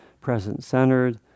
present-centered